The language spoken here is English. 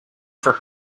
for